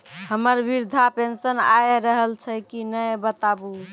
हमर वृद्धा पेंशन आय रहल छै कि नैय बताबू?